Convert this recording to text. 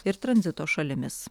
ir tranzito šalimis